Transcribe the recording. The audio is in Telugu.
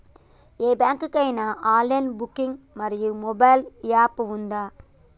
ఏ బ్యాంక్ కి ఐనా ఆన్ లైన్ బ్యాంకింగ్ మరియు మొబైల్ యాప్ ఉందా?